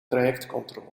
trajectcontrole